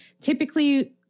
typically